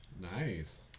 Nice